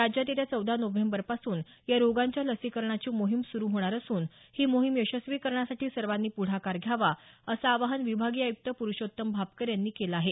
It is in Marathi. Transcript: राज्यात येत्या चौदा नोव्हेंबरपासून या रोगांच्या लसीकरणाची मोहीम सुरू होणार असून ही मोहीम यशस्वी करण्यासाठी सर्वांनी प्रढाकार घ्यावा असं आवाहन विभागीय आयुक्त पुरूषोत्तम भापकर यांनी केलं आहे